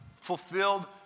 fulfilled